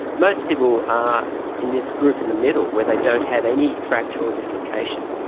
most people are in this group in the middle where they don't have any fracture or dislocation.